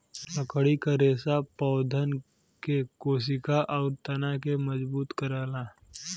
लकड़ी क रेसा पौधन के कोसिका आउर तना के मजबूत करला